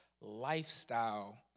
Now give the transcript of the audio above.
lifestyle